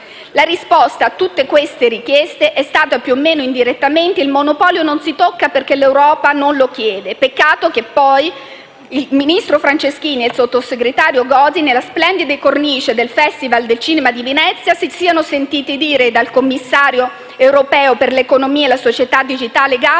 La risposta a tutte queste richieste è stata, più o meno indirettamente: il monopolio non si tocca perché l'Europa non lo chiede. Peccato che poi il ministro Franceschini e il sottosegretario Gozi, nella splendida cornice del festival del cinema di Venezia, si siano sentiti chiedere dal commissario europeo per l'economia e la società digitali Gabriel